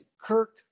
Kirk